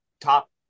top